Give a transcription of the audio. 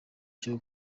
cyo